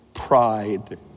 pride